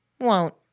Won't